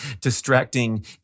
distracting